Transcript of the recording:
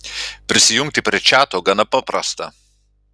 prisijungti prie čiato gana paprasta